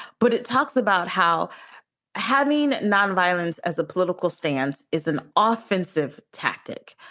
but it talks about how having nonviolence as a political stance is an offensive tactic.